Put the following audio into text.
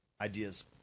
ideas